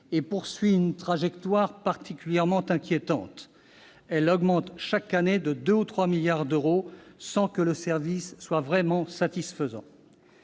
et poursuit une trajectoire particulièrement inquiétante. Elle augmente chaque année de deux à trois milliards d'euros, sans que le service soit vraiment satisfaisant.